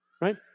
right